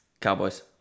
Cowboys